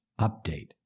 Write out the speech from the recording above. update